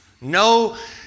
No